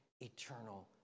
eternal